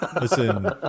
Listen